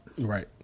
Right